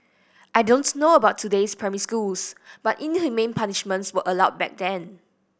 I don't know about today's primary schools but inhumane punishments was allowed back then